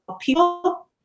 people